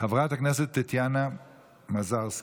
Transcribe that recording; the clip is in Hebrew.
חברת הכנסת טטיאנה מזרסקי,